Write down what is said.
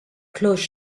close